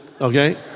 Okay